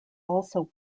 also